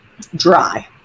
dry